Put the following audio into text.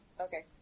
Okay